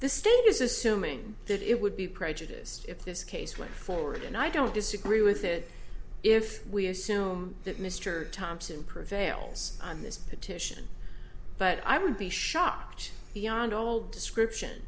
the state is assuming that it would be prejudiced if this case went forward and i don't disagree with it if we assume that mr thompson prevails on this petition but i would be shocked beyond all description